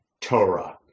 Torah